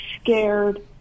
scared